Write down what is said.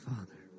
Father